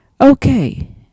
Okay